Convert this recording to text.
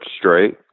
straight